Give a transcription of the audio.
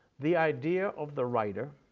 the idea of the writer,